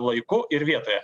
laiku ir vietoje